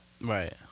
Right